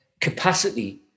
capacity